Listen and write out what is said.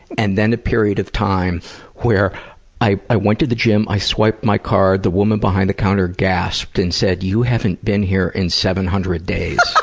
and then a period of time where i i went to the gym, i swiped my card, the woman behind the counter gasped and said you haven't been here in seven hundred days!